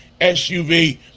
SUV